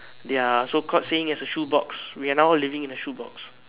their so called saying as a shoebox we are now living in a shoebox